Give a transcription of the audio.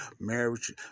Marriage